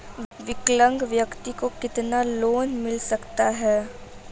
विकलांग व्यक्ति को कितना लोंन मिल सकता है?